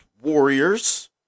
Warriors